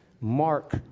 Mark